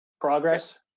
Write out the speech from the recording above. progress